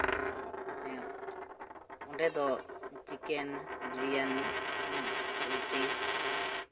ᱚᱸᱰᱮ ᱫᱚ ᱪᱤᱠᱮᱱ ᱵᱤᱨᱭᱟᱱᱤ ᱨᱩᱴᱤ